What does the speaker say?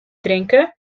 drinke